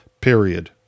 period